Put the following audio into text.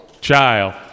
child